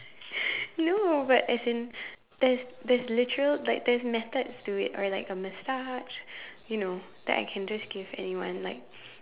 no but as in there's there's literal like there's methods to it or like a massage you know that I can just give anyone like